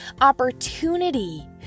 opportunity